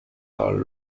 are